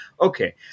Okay